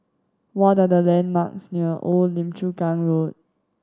what are the landmarks near Old Lim Chu Kang Road